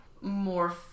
more